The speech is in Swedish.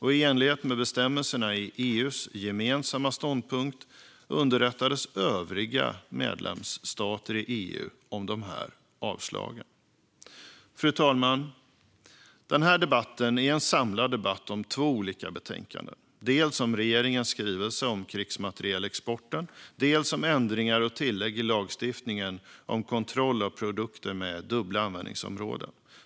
I enlighet med bestämmelserna i EU:s gemensamma ståndpunkt underrättades övriga medlemsstater i EU om avslagen. Fru talman! Den här debatten är en samlad debatt om två olika betänkanden. Det handlar dels om regeringens skrivelse om krigsmaterielexporten, dels om ändringar och tillägg i lagstiftningen om kontroll av produkter med dubbla användningsområden.